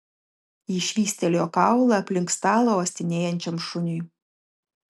ji švystelėjo kaulą aplink stalą uostinėjančiam šuniui